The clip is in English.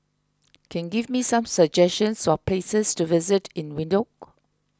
can give me some suggestions for places to visit in Windhoek